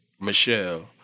Michelle